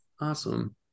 awesome